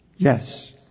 Yes